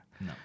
No